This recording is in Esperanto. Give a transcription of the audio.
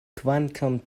kvankam